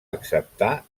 acceptar